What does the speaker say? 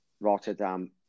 Rotterdam